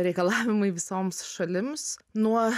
reikalavimai visoms šalims nuo